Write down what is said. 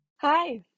Hi